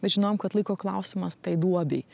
bet žinojom kad laiko klausimas tai duobei